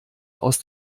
aus